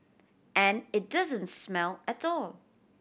and it doesn't smell at all